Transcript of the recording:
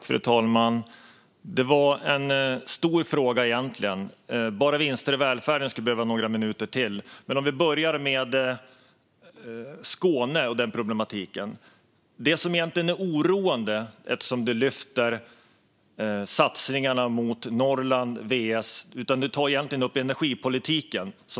Fru talman! Det var en stor fråga; bara frågan om vinster i välfärden skulle behöva några minuter till. Jag börjar med Skåne och den problematiken. Du, Lotta Olsson, tog upp satsningarna på Norrland. Du menade egentligen energipolitiken.